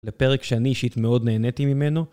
לפרק שאני אישית מאוד נהניתי ממנו